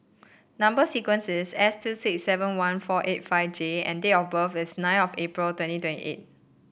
number sequence is S two six seven one four eight five J and date of birth is nine of April twenty twenty eight